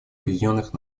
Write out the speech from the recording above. объединенных